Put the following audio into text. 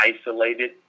isolated